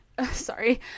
sorry